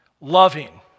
loving